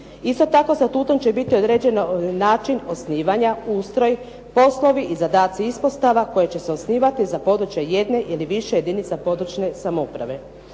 Isto tako Statutom će biti određen način osnivanja, ustroj, poslovi i zadaci ispostava koji će se osnivati za područje jedne ili više jedinica područne samouprave.